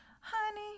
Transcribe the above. honey